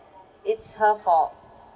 it's her fault